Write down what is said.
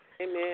Amen